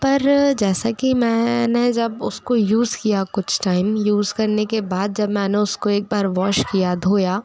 पर जैसा कि मैंने जब उसको यूज़ किया कुछ टाइम यूज़ करने के बाद जब मैंने उसको एक बार वाॅश किया धोया